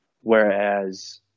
Whereas